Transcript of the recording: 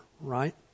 right